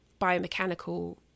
biomechanical